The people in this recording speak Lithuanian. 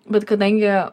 bet kadangi